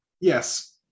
Yes